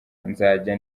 nzajya